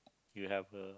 you have uh